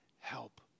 help